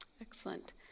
Excellent